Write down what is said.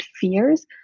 fears